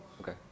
okay